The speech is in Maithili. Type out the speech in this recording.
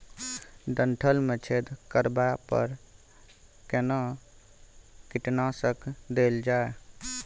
डंठल मे छेद करबा पर केना कीटनासक देल जाय?